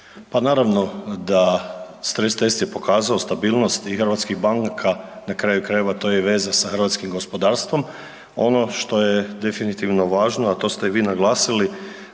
Pa naravno da stres test je pokazao stabilnost hrvatskih banaka, na kraju krajeva to je veza sa hrvatskim gospodarstvom. Ono što je definitivno važno, a to ste i vi naglasili,